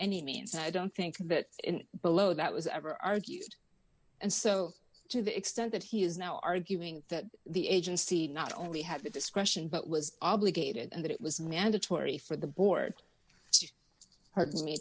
any means i don't think that below that was ever argued and so to the extent that he is now arguing that the agency not only had the discretion but was obligated and that it was mandatory for the board